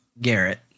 Garrett